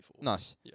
Nice